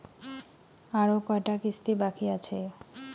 আরো কয়টা কিস্তি বাকি আছে?